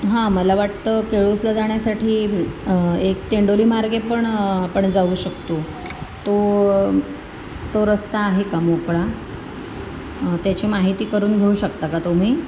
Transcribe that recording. हां मला वाटतं केळुसला जाण्यासाठी एक तेंडोलीमार्गे पण आपण जाऊ शकतो तो तो रस्ता आहे का मोकळा त्याची माहिती करून घेऊ शकता का तुम्ही